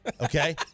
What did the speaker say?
okay